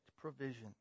provision